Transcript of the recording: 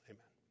Amen